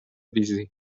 wizji